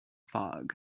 fog